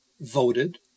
voted